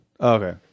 Okay